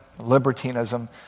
libertinism